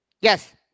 Yes